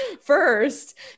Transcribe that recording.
first